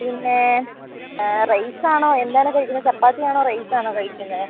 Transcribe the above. പിന്നെ റൈസ് ആണോ എന്ത് ആണ് കഴിക്കുന്നത് ചപ്പാത്തി ആണോ റൈസ് ആണോ കഴിക്കുന്നത്